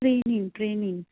ट्रेनीन ट्रेनीन